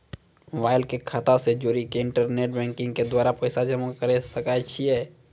Mobile के खाता से जोड़ी के इंटरनेट बैंकिंग के द्वारा पैसा जमा करे सकय छियै?